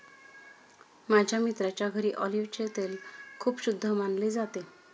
माझ्या मित्राच्या घरी ऑलिव्हचे तेल खूप शुद्ध मानले जाते